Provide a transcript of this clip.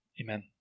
Amen